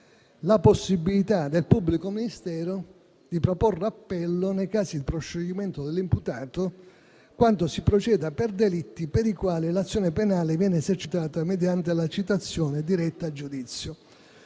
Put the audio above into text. la possibilità per il pubblico ministero di proporre appello, nei casi di proscioglimento dell'imputato, quando si proceda per delitti per i quali l'azione penale viene esercitata mediante la citazione diretta a giudizio.